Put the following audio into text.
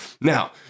Now